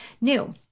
new